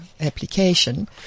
application